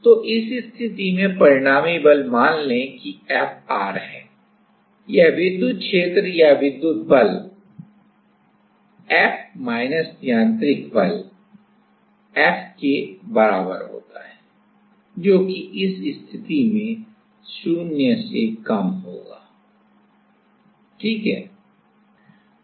तो इस स्थिति में परिणामी बल मान लें कि Fr है यह विद्युत क्षेत्र या विद्युत बल F माइनस यांत्रिक बल F के बराबर होता है जो कि इस स्थिति में शून्य से कम होगा ठीक है